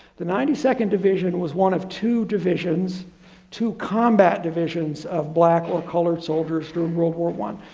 the ninety second division was one of two divisions to combat divisions of black or colored soldiers during world war one.